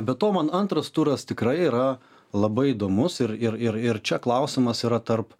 be to man antras turas tikrai yra labai įdomus ir ir ir ir čia klausimas yra tarp